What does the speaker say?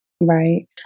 Right